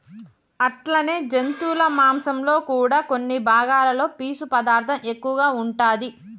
అట్లనే జంతువుల మాంసంలో కూడా కొన్ని భాగాలలో పీసు పదార్థం ఎక్కువగా ఉంటాది